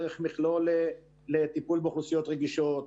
דרך מכלול לטיפול באוכלוסיות רגישות,